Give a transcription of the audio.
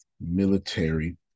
military